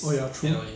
oh ya true